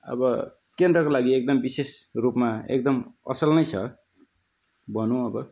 अब केन्द्रको लागि एकदम विशेष रूपमा एकदम असल नै छ भनौँ अब